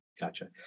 Gotcha